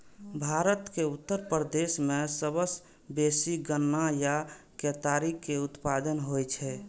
भारत के उत्तर प्रदेश मे सबसं बेसी गन्ना या केतारी के उत्पादन होइ छै